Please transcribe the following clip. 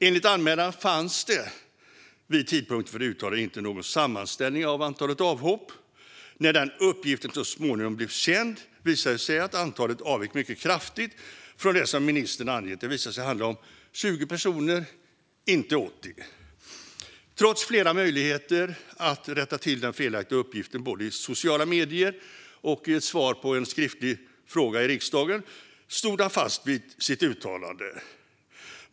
Enligt anmälaren fanns det vid tidpunkten för uttalandet inte någon sammanställning av antalet avhopp. När den uppgiften så småningom blev känd visade det sig att antalet avvek mycket kraftigt från det som ministern angett. Det visade sig handla om 20 personer, inte 80. Trots flera möjligheter att rätta till den felaktiga uppgiften både i sociala medier och i ett svar på en skriftlig fråga i riksdagen stod han fast vid sitt uttalande.